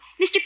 Mr